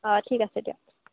অ' ঠিক আছে দিয়ক